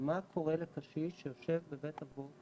מה קורה לקשיש שיושב בבית אבות,